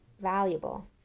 valuable